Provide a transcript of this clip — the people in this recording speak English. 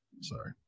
sorry